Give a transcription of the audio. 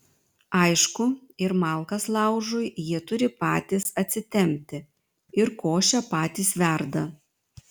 aišku ir malkas laužui jie turi patys atsitempti ir košę patys verda